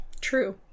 True